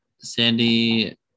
Sandy